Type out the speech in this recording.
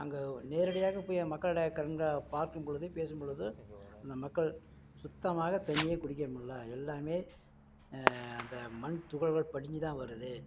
அங்க நேரடியாக போய் மக்களுடைய கண்களால் பார்க்கும் பொழுது பேசும் பொழுது அந்த மக்கள் சுத்தமாக தண்ணியே குடிக்க முடியல எல்லாமே அந்த மண் துகள்கள் படிஞ்சு தான் வருது